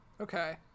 Okay